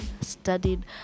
studied